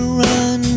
run